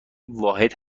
واحد